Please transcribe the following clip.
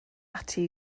ati